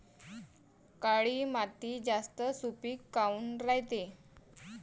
काळी माती जास्त सुपीक काऊन रायते?